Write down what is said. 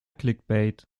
clickbait